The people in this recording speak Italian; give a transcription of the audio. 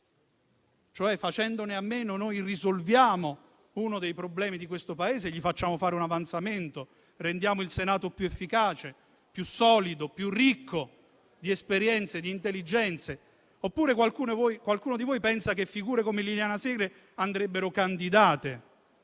Facendone a meno, risolviamo uno dei problemi di questo Paese e gli facciamo fare un avanzamento? Rendiamo il Senato più efficace, più solido e più ricco di esperienze e di intelligenze? Oppure qualcuno di voi pensa che figure come Liliana Segre andrebbero candidate?